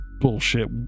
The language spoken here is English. bullshit